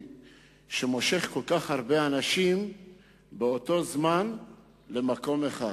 שמושך כל כך הרבה אנשים באותו זמן למקום אחד,